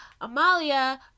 Amalia